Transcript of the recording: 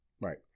right